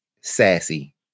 Sassy